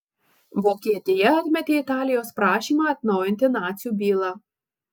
vokietija atmetė italijos prašymą atnaujinti nacių bylą